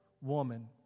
woman